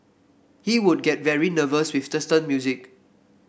he would get very nervous with certain music